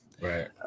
Right